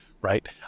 right